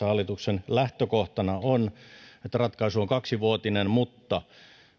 hallituksen lähtökohtana on että ratkaisu on kaksivuotinen mutta